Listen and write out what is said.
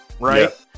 Right